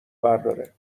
برداره